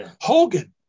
Hogan